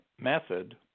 method